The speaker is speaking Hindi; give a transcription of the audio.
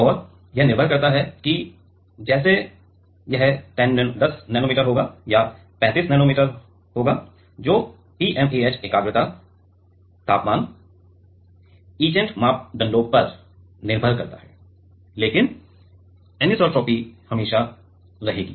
और यह निर्भर करता है जैसे कि यह 10 नैनोमीटर होगा या 35 नैनोमीटर जो TMAH एकाग्रता तापमान इचंट मापदंडों पर निर्भर करता है लेकिन अनिसोट्रॉपी हमेशा रहेगी